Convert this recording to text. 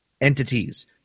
entities